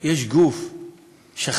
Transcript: יש גוף שחקר